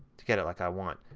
to get it like i want.